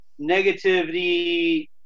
negativity